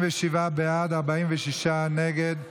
27 בעד, 46 נגד.